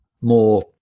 more